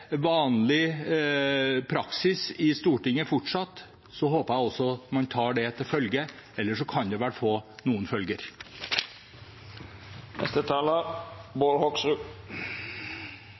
vanlig praksis i Stortinget fortsatt, håper jeg at man også tar det til følge. Ellers kan det vel få noen